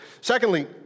Secondly